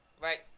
Right